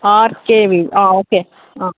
RK వీధి okay